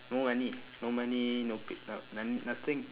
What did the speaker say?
no money no money no no~ no~ nothing